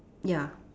ya